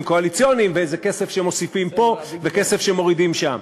קואליציוניים ואיזה כסף שמוסיפים פה וכסף שמורידים שם.